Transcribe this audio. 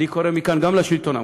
אני קורא מכאן גם לשלטון המקומי,